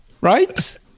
Right